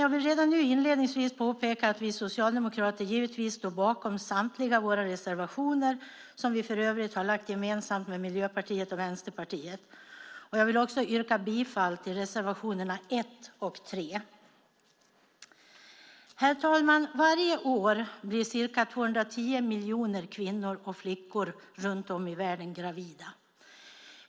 Jag vill redan nu inledningsvis påpeka att vi socialdemokrater givetvis står bakom samtliga våra reservationer, som vi för övrigt har lämnat tillsammans med Miljöpartiet och Vänsterpartiet. Jag vill yrka bifall till reservationerna 1 och 3. Herr talman! Varje år blir ca 210 miljoner kvinnor och flickor runt om i världen gravida.